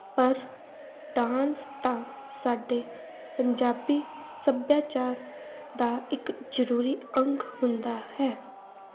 ਪਰ ਡਾਂਸ ਤਾਂ ਸਾਡੇ ਪੰਜਾਬੀ ਸੱਭਿਆਚਾਰ ਦਾ ਇੱਕ ਜ਼ਰੂਰੀ ਅੰਗ ਹੁੰਦਾ ਹੈ